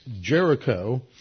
Jericho